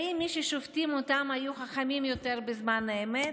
האם מי ששופטים אותם היו חכמים יותר בזמן אמת?